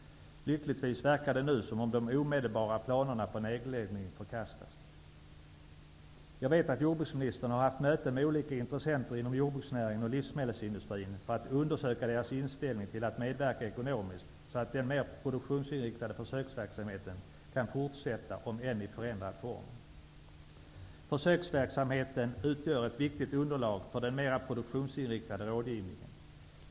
Lyckligtvis verkar det nu som om de omedelbara planerna på nedläggning förkastats. Jag vet att jordbruksministern har haft möten med olika intressenter inom jordbruksnäringen och livsmedelsindustrin för att undersöka deras inställning till att medverka ekonomiskt, så att den mera produktionsinriktade försöksverksamheten kan fortsätta om än i förändrad form. Försöksverksamheten utgör ett viktigt underlag för den mera produktionsinriktade rådgivningen.